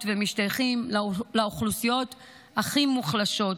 ומשתייכים לרוב לאוכלוסיות הכי מוחלשות,